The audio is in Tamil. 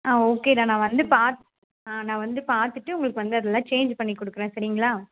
ஆ ஓகேடா நான் வந்து பாத்து ஆ நான் வந்து பார்த்துட்டு உங்களுக்கு வந்து அதுலாம் சேஞ்சு பண்ணி கொடுக்கறேன் செரிங்களா